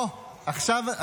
אוקיי, עכשיו תתחיל לדבר.